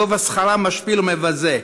וגובה שכרם משפיל ומבזה.